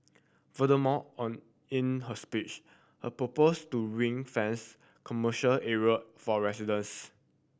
furthermore on in her speech her proposed to ring fence commercial area for residents